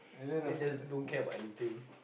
then we just don't care about anything